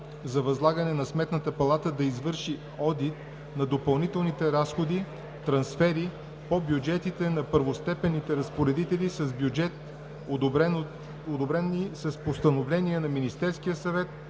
за възлагане на Сметната палата да извърши одит на допълнителните разходи/трансфери по бюджетите на първостепенните разпоредители с бюджет, одобрени с постановления на Министерския съвет,